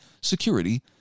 security